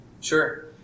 Sure